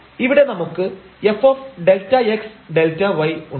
ഇവിടെ നമുക്ക് fΔxΔy ഉണ്ട്